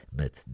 Met